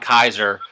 Kaiser